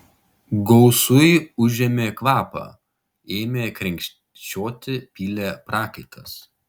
gausui užėmė kvapą ėmė krenkščioti pylė prakaitas